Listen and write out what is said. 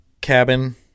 cabin